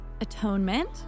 atonement